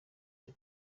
cyo